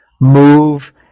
move